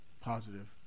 positive